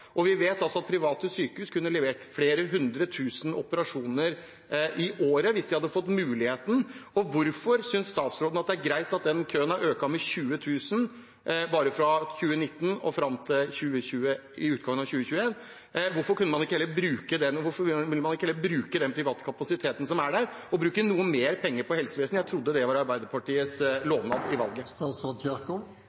Vi vet at private sykehus kunne levert flere hundre tusen operasjoner i året hvis de hadde fått muligheten. Hvorfor synes statsråden det er greit at den køen har økt med 20 000, bare fra 2019 og fram til utgangen av 2021? Hvorfor vil man ikke heller bruke den private kapasiteten som er der, og bruke noe mer penger på helsevesenet? Jeg trodde det var Arbeiderpartiets